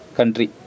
country